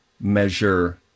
measure